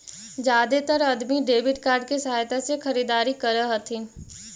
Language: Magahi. जादेतर अदमी डेबिट कार्ड के सहायता से खरीदारी कर हथिन